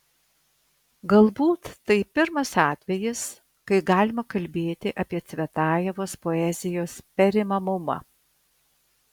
galbūt tai pirmas atvejis kai galima kalbėti apie cvetajevos poezijos perimamumą